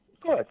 Good